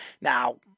Now